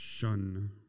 Shun